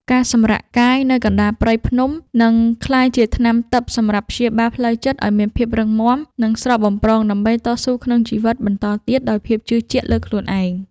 ការសម្រាកកាយនៅកណ្ដាលព្រៃភ្នំនឹងក្លាយជាថ្នាំទិព្វសម្រាប់ព្យាបាលផ្លូវចិត្តឱ្យមានភាពរឹងមាំ និង ស្រស់បំព្រងដើម្បីតស៊ូក្នុងជីវិតបន្តទៀតដោយភាពជឿជាក់លើខ្លួនឯង។